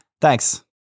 Thanks